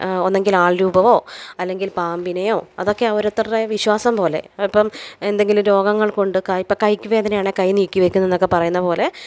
ഒന്നെങ്കിൽ ആൾ രൂപമോ അല്ലെങ്കിൽ പാമ്പിനെയോ അതൊക്കെ ഒരോരുത്തരുടെ വിശ്വാസം പോലെ ഇപ്പം എന്തെങ്കിലും രോഗങ്ങൾ കൊണ്ട് കൈ ഇപ്പം കൈക്ക് വേദനയാണേൽ കൈ നീക്കി വെക്കുന്നതെന്നൊക്കെ പറയുന്നത് പോലെ